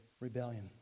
rebellion